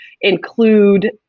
include